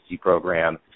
program